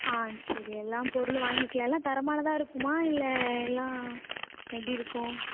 ஆ சரி எல்லா பொருளும் வாங்கிக்கிலால தரமானதாக இருக்குமா இல்லை எல்லா எப்படிருக்கும்